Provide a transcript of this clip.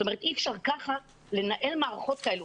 אי אפשר כך לנהל מערכות כאלה.